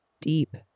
Deep